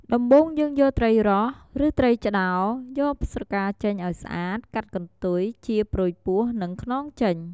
ដំបូងយើងយកត្រីរ៉ស់ ឬត្រីឆ្តោរ យកស្រកាចេញឲ្យស្អាត កាត់កន្ទុយ ចៀរព្រុយពោះ និងខ្នងចេញ។